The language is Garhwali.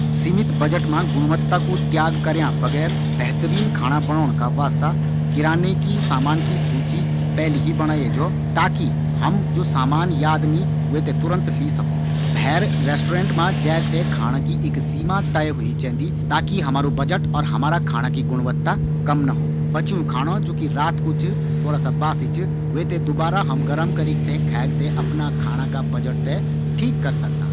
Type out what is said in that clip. सिमित बजट मा स्वाद कु त्याग करयाँ बिना बेहतरीन खाणो बणोंण का वास्ता किराना का सामान की सूची पैली ही बणाये जौ, भैर रेस्टोरेंट मा जैक ते खाना खाण की एक सीमा तय होइ चैन्दी।